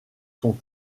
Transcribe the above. sont